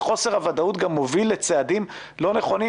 וחוסר הוודאות גם מוביל לצעדים לא נכונים